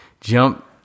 Jump